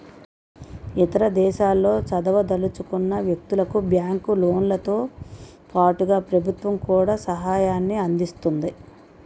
ఇతర దేశాల్లో చదవదలుచుకున్న వ్యక్తులకు బ్యాంకు లోన్లతో పాటుగా ప్రభుత్వం కూడా సహాయాన్ని అందిస్తుంది